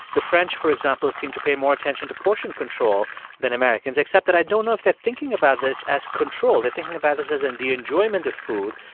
the french, for example, seem to pay more attention to portion control than americans, except that i don't know if they're thinking about this as control. they're thinking about this as and the enjoyment of food,